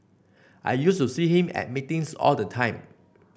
I used to see him at meetings all the time